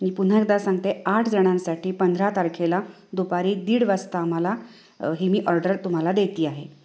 मी पुन्हा एकदा सांगते आठ जणांसाठी पंधरा तारखेला दुपारी दीड वाजता आम्हाला ही मी ऑर्डर तुम्हाला देते आहे